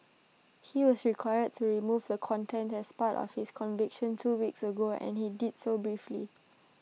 he was required to remove the content as part of his conviction two weeks ago and he did so briefly